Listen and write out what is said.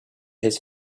his